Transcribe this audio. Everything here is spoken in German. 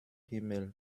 himmel